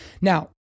Now